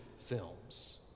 films